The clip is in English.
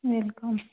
welcome